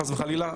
חס וחלילה,